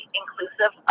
inclusive